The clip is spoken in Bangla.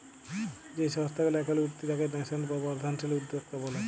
যেই সংস্থা গুলা এখল উঠতি তাকে ন্যাসেন্ট বা বর্ধনশীল উদ্যক্তা ব্যলে